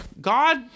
God